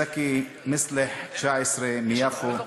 זכי מצלח בן 19 מיפו,